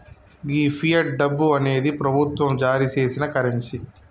గీ fiat డబ్బు అనేది ప్రభుత్వం జారీ సేసిన కరెన్సీ